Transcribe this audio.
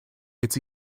its